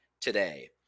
today